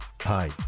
Hi